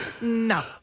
No